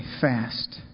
fast